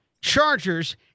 Chargers